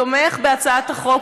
תומך בהצעת החוק.